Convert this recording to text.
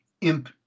Imp